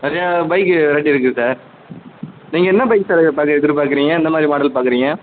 நிறையா பைக்கு இருக்குது சார் நீங்கள் என்ன பைக் சார் எதிர்பார்க்கு எதிர்பார்க்குறீங்க எந்த மாதிரி மாடல் பார்க்குறீங்க